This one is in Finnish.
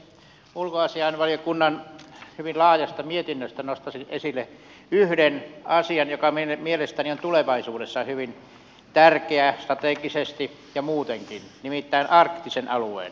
ulkoasiainvaliokunnan hyvin laajasta mietinnöstä nostaisin esille yhden asian joka mielestäni on tulevaisuudessa hyvin tärkeä strategisesti ja muutenkin nimittäin arktisen alueen